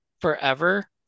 forever